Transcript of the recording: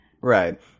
Right